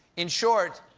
in short,